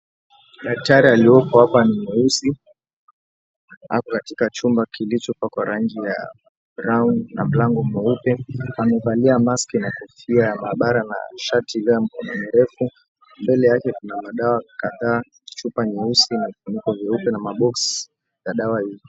Dakitari alioko hapa ni mweusi, ako katika chumba kilichopakwa rangi ya brown na mlango mweupe, amevalia mask na kofia ya mahabara na shati ilio ya mikono mirefu. Mbele yake kuna madawa kadhaa chupa nyeusi na vifiniko veupe na mabox ya dawa hizo.